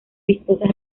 vistosas